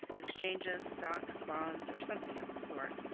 exchanges, stocks, bonds, or something of the sort,